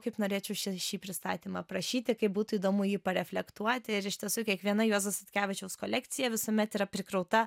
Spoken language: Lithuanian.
kaip norėčiau šį pristatymą aprašyti kaip būtų įdomu jį reflektuoti ir iš tiesų kiekviena juozo statkevičiaus kolekcija visuomet yra prikrauta